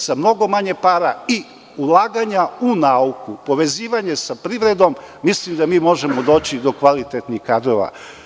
Sa mnogo manje para i ulaganja u nauku, povezivanjem sa privredom, mislim da možemo doći do kvalitetnih kadrova.